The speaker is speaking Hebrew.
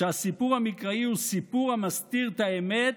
"שהסיפור המקראי הוא סיפור המסתיר את האמת